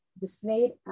dismayed